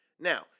Now